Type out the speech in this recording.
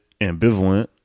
ambivalent